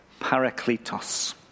Parakletos